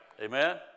Amen